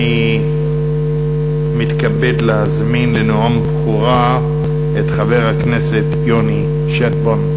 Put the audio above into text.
אני מתכבד להזמין לנאום בכורה את חבר הכנסת יוני שטבון.